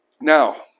now